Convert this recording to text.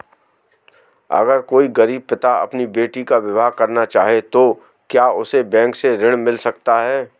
अगर कोई गरीब पिता अपनी बेटी का विवाह करना चाहे तो क्या उसे बैंक से ऋण मिल सकता है?